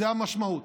זו המשמעות.